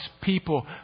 people